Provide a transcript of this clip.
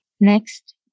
Next